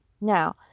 Now